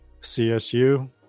CSU